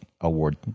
award